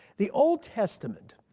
the old testament